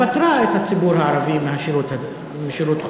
פטרה את הציבור הערבי משירות חובה,